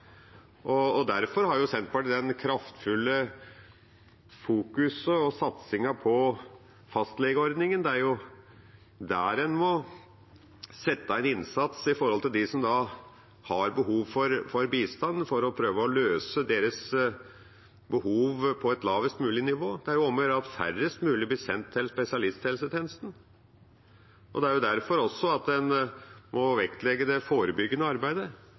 Derfor har Senterpartiet den kraftfulle fokuseringen og satsingen på fastlegeordningen. Det er der en må sette inn en innsats overfor dem som har behov for bistand, for å prøve å løse deres behov på et lavest mulig nivå. Det er jo om å gjøre at færrest mulig blir sendt til spesialisthelsetjenesten. Det er også derfor en må vektlegge det forebyggende arbeidet.